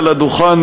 על הדוכן,